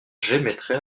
j’émettrai